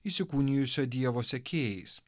įsikūnijusio dievo sekėjais